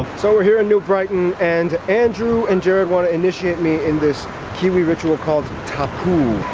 so we're here in new brighton and andrew and jared wanna initiate me in this kiwi ritual called tapu.